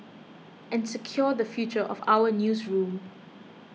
and secure the future of our newsroom